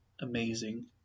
amazing